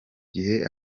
gihe